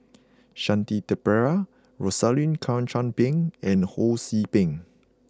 Shanti Pereira Rosaline Chan Pang and Ho See Beng